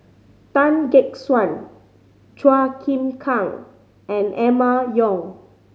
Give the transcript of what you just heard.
Tan Gek Suan Chua Kim Kang and Emma Yong